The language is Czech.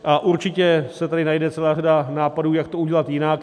A určitě se tady najde celá řada nápadů, jak to udělat jinak.